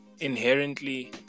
inherently